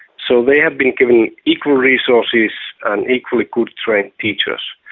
so they have been given equal resources and equally good trained teachers.